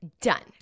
Done